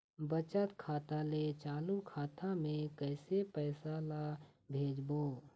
बचत खाता ले चालू खाता मे कैसे पैसा ला भेजबो?